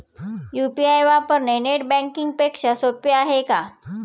UPI वापरणे net banking पेक्षा सोपे आहे का?